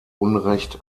unrecht